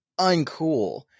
uncool